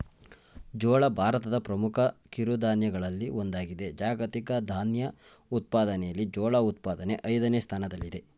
ಜೋಳ ಭಾರತದ ಪ್ರಮುಖ ಕಿರುಧಾನ್ಯಗಳಲ್ಲಿ ಒಂದಾಗಿದೆ ಜಾಗತಿಕ ಧಾನ್ಯ ಉತ್ಪಾದನೆಯಲ್ಲಿ ಜೋಳ ಉತ್ಪಾದನೆ ಐದನೇ ಸ್ಥಾನದಲ್ಲಿದೆ